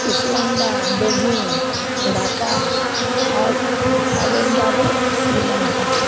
Islamabad Beijing Dhaka Abu Dhabi Sri Lanka